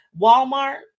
Walmart